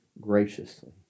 graciously